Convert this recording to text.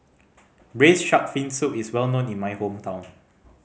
Braised Shark Fin Soup is well known in my hometown